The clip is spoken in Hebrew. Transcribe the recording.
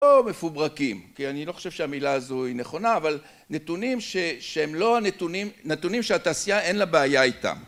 לא מפוברקים, כי אני לא חושב שהמילה הזו היא נכונה, אבל נתונים שהם לא הנתונים, נתונים שהתעשייה אין לה בעיה איתם